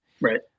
Right